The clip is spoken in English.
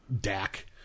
Dak